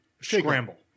scramble